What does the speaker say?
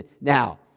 Now